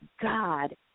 God